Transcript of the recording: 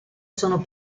sono